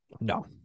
No